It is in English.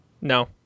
No